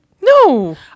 No